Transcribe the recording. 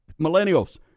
millennials